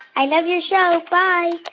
i love your show. bye